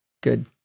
Good